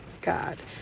god